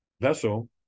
vessel